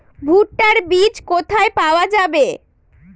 ভুট্টার বিজ কোথায় পাওয়া যাবে?